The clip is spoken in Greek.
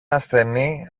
ασθενή